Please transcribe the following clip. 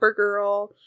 supergirl